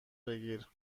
بگیر